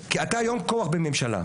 כי אתה היום כוח בממשלה.